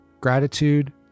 Gratitude